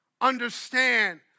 Understand